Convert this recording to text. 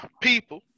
people